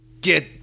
get